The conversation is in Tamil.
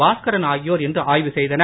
பாஸ்கரன் ஆகியோர் இன்று ஆய்வு செய்தனர்